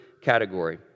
category